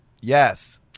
Yes